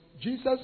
Jesus